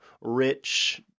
Rich